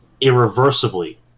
irreversibly